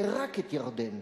ורק את ירדן,